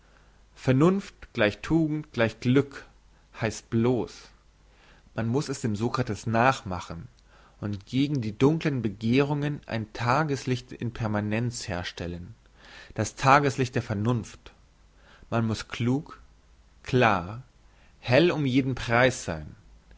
vernunft tugend glück heisst bloss man muss es dem sokrates nachmachen und gegen die dunklen begehrungen ein tageslicht in permanenz herstellen das tageslicht der vernunft man muss klug klar hell um jeden preis sein